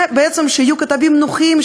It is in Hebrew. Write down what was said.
זה בעצם שיהיו כתבים נוחים,